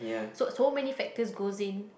so so many factors goes in